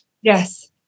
Yes